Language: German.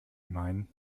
meinen